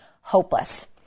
hopeless